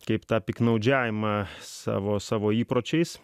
kaip tą piktnaudžiavimą savo savo įpročiais